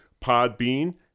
Podbean